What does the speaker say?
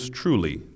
truly